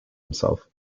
himself